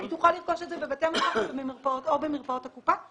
היא תוכל לרכוש את זה בבתי מרקחת או במרפאות הקופה,